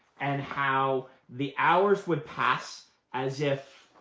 and how the hours would pass as if